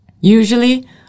usually